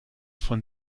von